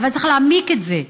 אבל צריך להעמיק את זה.